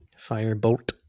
Firebolt